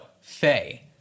Faye